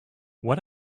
what